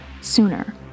sooner